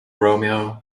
romeo